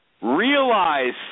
Realize